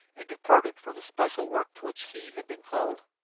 and departed for the special work to which he had been called.